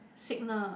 signal